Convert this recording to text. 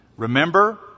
Remember